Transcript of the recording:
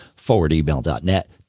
forwardemail.net